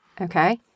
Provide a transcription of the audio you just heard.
okay